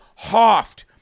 Hoft